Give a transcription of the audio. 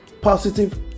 positive